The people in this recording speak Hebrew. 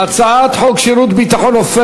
הצעת חוק שירות ביטחון (תיקון,